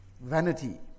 vanity